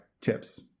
tips